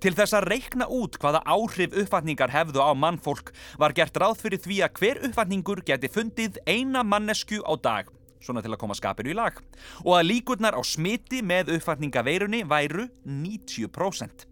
Til þess að reikna út hvaða áhrif uppvakningar hefðu á mannfólk var gert ráð fyrir því að hver uppvakningur gæti fundið eina manneskju á dag, svona til að koma skapinu í lag, og að líkurnar á smiti með uppvakningaveirunni væru 90%.